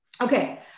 okay